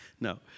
No